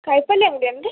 ಕಾಯಿ ಪಲ್ಯ ಅಂಗಡಿ ಏನ್ರಿ